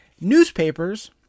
newspapers